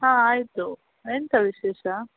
ಹಾಂ ಆಯಿತು ಎಂಥ ವಿಶೇಷ